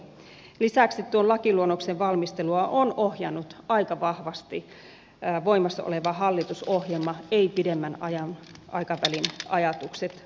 lisäksi tuon lakiluonnoksen valmistelua on ohjannut aika vahvasti voimassa oleva hallitusohjelma eivät pidemmän aikavälin ajatukset